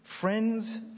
Friends